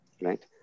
right